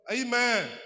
Amen